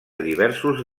diversos